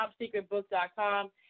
topsecretbook.com